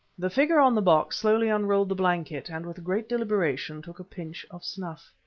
the figure on the box slowly unrolled the blanket, and with great deliberation took a pinch of snuff.